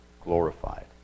glorified